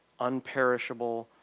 unperishable